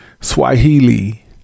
Swahili